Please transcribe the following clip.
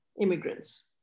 immigrants